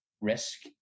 risk